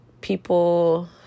people